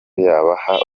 yabaha